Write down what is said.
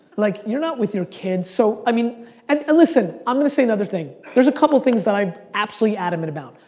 like, you're not with your kids. so i mean and listen, i'm going to say another thing. there's a couple things that i'm absolutely adamant about.